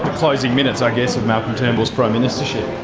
closing minutes i guess of malcolm turnbull's prime ministership.